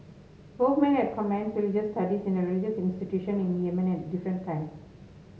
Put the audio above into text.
both men had commenced religious studies in a religious institution in Yemen at different times